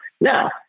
Now